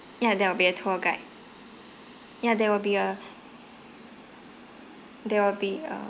yeah there will be a tour guide yeah there will be a there will be a